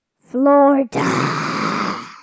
Florida